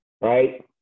right